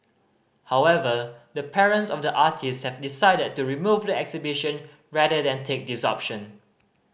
however the parents of the artists have decided to remove the exhibition rather than take this option